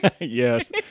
Yes